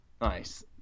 Nice